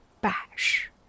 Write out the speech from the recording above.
Bash